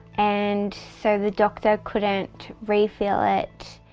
and so the doctor couldn't refill it.